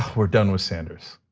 we're done with sanders.